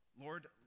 Lord